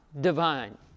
divine